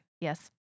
yes